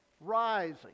rising